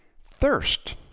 Thirst